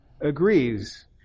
agrees